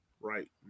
right